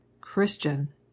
Christian